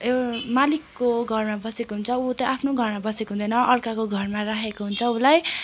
एउटा मालिकको घरमा बसेको हुन्छ ऊ चाहिँ आफ्नो घरमा बसेको हुँदैन अर्काको घरमा राखेको हुन्छ उसलाई